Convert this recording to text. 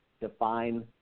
define